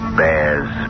bears